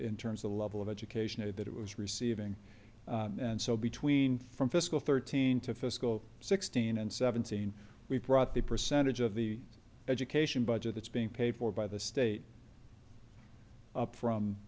in terms of the level of education that it was receiving and so between from fiscal thirteen to fiscal sixteen and seventeen we brought the percentage of the education budget that's being paid for by the state up from